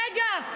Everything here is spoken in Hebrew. רגע.